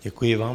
Děkuji vám.